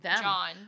John